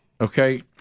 Okay